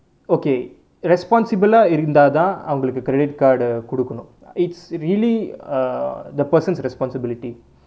okay responsible ah இருந்தாதான் அவங்களுக்கு:irunthathaan avangalukku credit card கொடுக்கனும்:kodukkanum it's really uh the person's responsibility